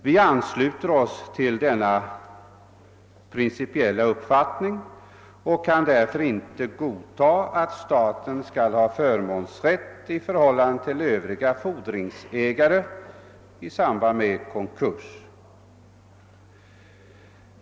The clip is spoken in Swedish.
Vi ansluter oss till den principen och kan därför inte godta att staten skall ha förmånsrätt i förhållande till övriga fordringsägare i samband med konkurs.